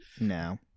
No